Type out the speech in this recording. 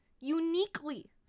uniquely